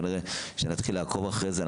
כנראה שנתחיל לעקוב אחרי זה,